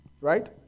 Right